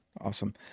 Awesome